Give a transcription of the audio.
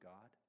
God